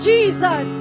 Jesus